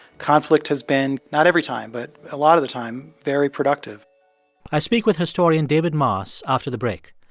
conflict has been not every time, but a lot of the time very productive i speak with historian david moss after the break.